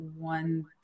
one